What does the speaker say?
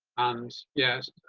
and yes.